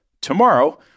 Tomorrow